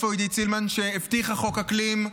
איפה עידית סילמן, שהבטיחה חוק אקלים,